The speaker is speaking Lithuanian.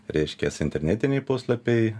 reiškias internetiniai puslapiai